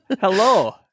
Hello